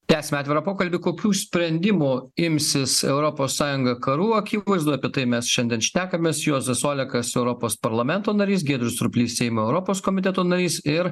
tęsiame atvirą pokalbį kokių sprendimų imsis europos sąjunga karų akivaizdoj apie tai mes šiandien šnekamės juozas olekas europos parlamento narys giedrius surplys seimo europos komiteto narys ir